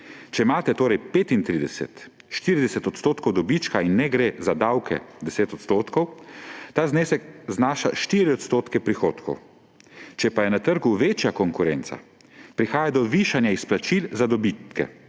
Če imate torej 35, 40 % dobička in ne gre za davke 10 %, ta znesek znaša 4 % prihodkov. Če pa je na trgu večja konkurenca, prihaja do višanja izplačil za dobitke.